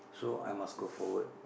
so I must go forward